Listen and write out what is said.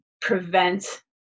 prevent